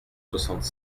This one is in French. soixante